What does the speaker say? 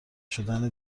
شدن